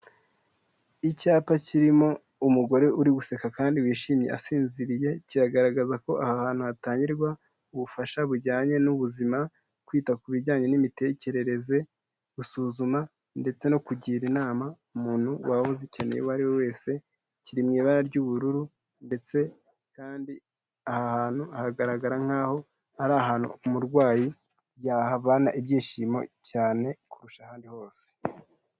Icyapa kirimo umugore uri guseka kandi wishimye asinziriye, kiragaragaza ko aha hantu hatangirwa ubufasha bujyanye n'ubuzima, kwita ku bijyanye n'imitekerereze, gusuzuma, ndetse no kugira inama umuntu waba uzikeneye uwo ari we wese, kiri mu ibara ry'ubururu ndetse kandi aha hantu hagaragara nkaho ari ahantu umurwayi yahavana ibyishimo cyane kurusha ahandi hose.